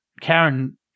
Karen